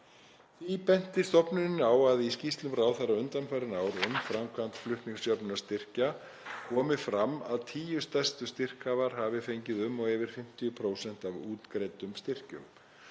Benti stofnunin á að í skýrslum ráðherra undanfarin ár um framkvæmd flutningsjöfnunarstyrkja komi fram að tíu stærstu styrkhafar hafi fengið um og yfir 50% af útgreiddum styrkjum.